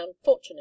unfortunate